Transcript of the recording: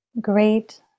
Great